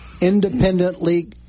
independently